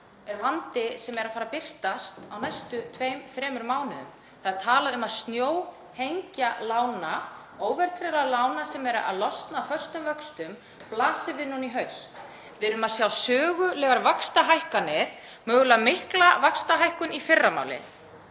er vandi sem er að fara að birtast á næstu tveimur, þremur mánuðum. Það er talað um að snjóhengja lána, óverðtryggðra lána sem eru að losna af föstum vöxtum, blasi við núna í haust. Við erum að sjá sögulegar vaxtahækkanir, mögulega mikla vaxtahækkun í fyrramálið.